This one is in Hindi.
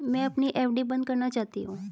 मैं अपनी एफ.डी बंद करना चाहती हूँ